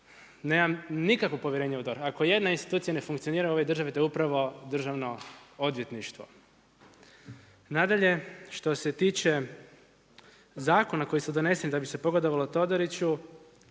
nemam nikakvo povjerenje u DORH, ako jedna institucija ne funkcionira u ovom državi to je upravo državno odvjetništvo. Nadalje, što se tiče zakona koji su doneseni da bi se pogodovalo Todoriću,